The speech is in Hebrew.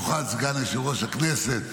במיוחד סגן יושב-ראש הכנסת,